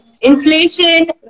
inflation